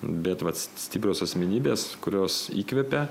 bet vat stiprios asmenybės kurios įkvepia